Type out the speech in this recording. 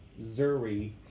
Zuri